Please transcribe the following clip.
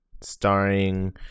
starring